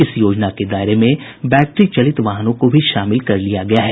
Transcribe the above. इस योजना के दायरे में बैट्री चलित वाहनों को भी शामिल कर लिया गया है